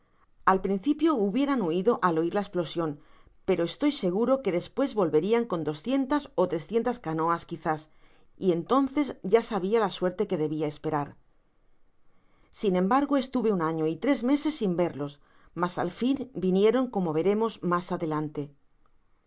al principio hubieran huido al oir la esplosion pero estoy seguro que despues volverian con doscientas ó trescientas canoa quizas y entonces ya sabia la suerte que debia esperar sin embargo estuve un año y tres meses sin verlos mas al fin vinieron como veremos mas adelante